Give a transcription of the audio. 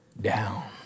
down